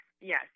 yes